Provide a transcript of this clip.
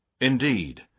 Indeed